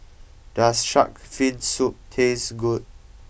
does Shark's Fin Soup taste good